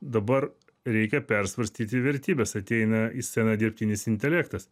dabar reikia persvarstyti vertybes ateina į sceną dirbtinis intelektas